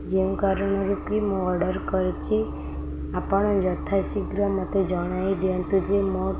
ଯେଉଁ କାରଣରୁ କି ମୁଁ ଅର୍ଡ଼ର୍ କରିଛିି ଆପଣ ଯଥା ଶୀଘ୍ର ମୋତେ ଜଣାଇ ଦିଅନ୍ତୁ ଯେ ମୋ